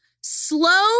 Slow